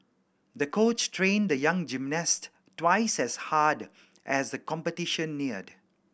the coach trained the young gymnast twice as hard as the competition neared